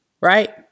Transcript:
right